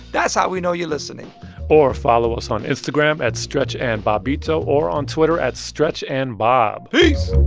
that's how we know you're listening or follow us on instagram, at stretchandbobbito, or on twitter, at stretchandbob peace